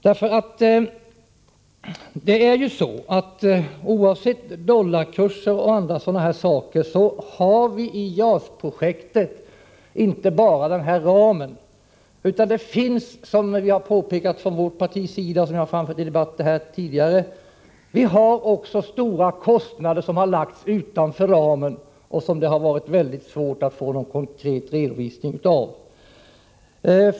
Vad som är viktigt när det gäller kostnaderna för JAS-projektet är — bortsett från dollarkurser och andra sådana saker — inte bara ramen. Vi har också stora kostnader som lagts utanför ramen och som det varit mycket svårt att få någon konkret redovisning av.